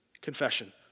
Confession